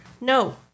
No